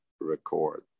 Record